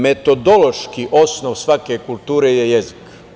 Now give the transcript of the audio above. Metodološki osnov svake kulture je jezik.